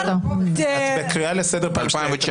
את בקריאה לסדר פעם שנייה.